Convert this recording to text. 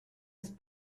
ist